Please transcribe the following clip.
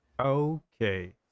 Okay